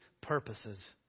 purposes